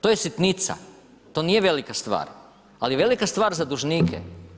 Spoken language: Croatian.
To je sitnica, to nije velika stvar ali velika stvar za dužnike.